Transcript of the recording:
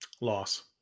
loss